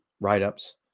write-ups